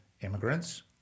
immigrants